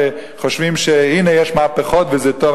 שחושבים שהנה יש מהפכות וזה טוב.